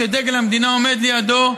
כשדגל המדינה עומד לידו.